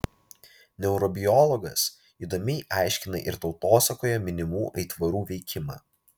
neurobiologas įdomiai aiškina ir tautosakoje minimų aitvarų veikimą